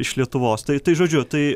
iš lietuvos tai tai žodžiu tai